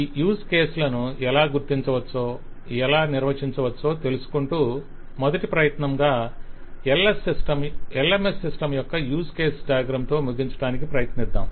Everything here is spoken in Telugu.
ఈ యూజ్ కేస్ లను ఎలా గుర్తించవచ్చో ఎలా నిర్వచించవచ్చో తెలుసుకొంటూ మొదటి ప్రయత్నంగా LMS సిస్టమ్ యొక్క యూజ్ కేస్ డయాగ్రమ్ తో ముగించడానికి ప్రయత్నిద్దాం